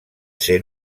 ser